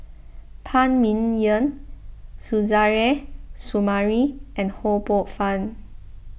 Phan Ming Yen Suzairhe Sumari and Ho Poh Fun